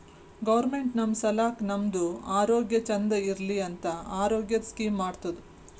government ನಮ್ ಸಲಾಕ್ ನಮ್ದು ಆರೋಗ್ಯ ಚಂದ್ ಇರ್ಲಿ ಅಂತ ಆರೋಗ್ಯದ್ ಸ್ಕೀಮ್ ಮಾಡ್ತುದ್